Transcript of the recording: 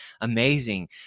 amazing